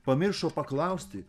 pamiršo paklausti